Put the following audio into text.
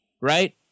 right